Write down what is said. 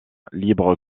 libres